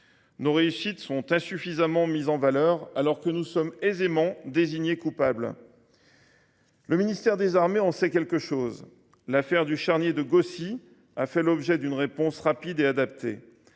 Nos réussites sont insuffisamment mises en valeur, alors que nous sommes aisément désignés comme coupables. Le ministère des armées en sait quelque chose. L’affaire du charnier de Gossi a fait l’objet d’une réponse rapide et adaptée.